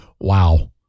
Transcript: Wow